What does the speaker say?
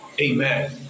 Amen